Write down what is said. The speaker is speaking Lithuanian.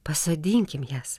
pasodinkim jas